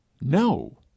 no